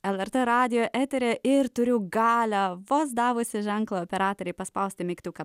lrt radijo eteryje ir turiu galią vos davusi ženklą operatoriui paspausti mygtuką